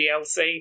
DLC